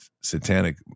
satanic